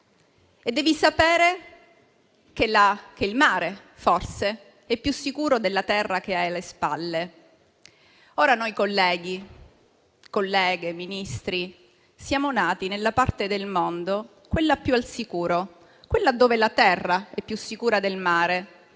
bisogna sapere che il mare forse è più sicuro della terra che si ha alle spalle. Colleghi, colleghe, Ministri, noi siamo nati nella parte del mondo più al sicuro, quella dove la terra è più sicura del mare